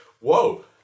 whoa